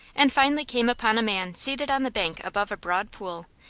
and finally came upon a man seated on the bank above a broad pool,